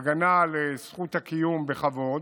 הגנה על זכות הקיום בכבוד,